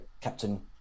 captain